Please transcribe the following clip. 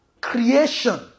creation